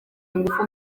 ingufu